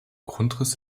grundriss